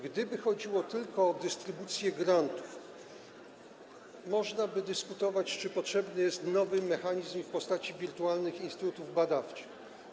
Gdyby chodziło tylko o dystrybucję grantów, można by dyskutować, czy potrzebny jest nowy mechanizm w postaci wirtualnych instytutów badawczych.